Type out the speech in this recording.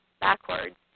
backwards